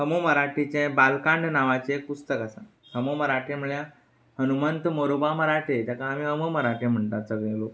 ह मो मराठेचें बालकांड नांवाचें पुस्तक आसा ह मो मराठे म्हळ्यार हनुमंत मोरोबा मराठे तांकां ह मो मराठे म्हणटात सगळे लोक